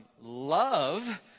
love